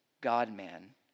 God-man